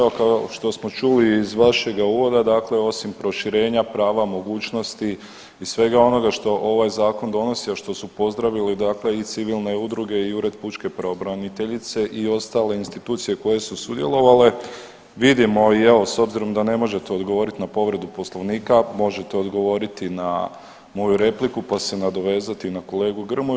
Evo kao što smo čuli iz vašega uvoda, dakle osim proširenja prava mogućnosti i svega onoga što ovaj zakon donosi a što su pozdravili dakle i civilne udruge i Ured pučke pravobraniteljice i ostale institucije koje su sudjelovale vidimo i evo s obzirom da ne možete odgovoriti na povredu Poslovnika možete odgovoriti na moju repliku, pa se nadovezati na kolegu Grmoju.